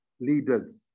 leaders